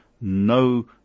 no